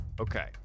Okay